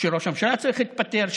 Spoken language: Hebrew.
שראש הממשלה צריך להתפטר,